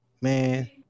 man